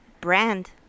Brand